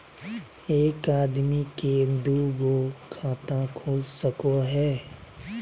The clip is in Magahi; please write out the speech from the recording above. एक आदमी के दू गो खाता खुल सको है?